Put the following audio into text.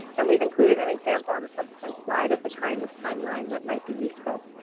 and we've included an example on a subsequent slide of the kind of timeline that might be useful.